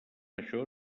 això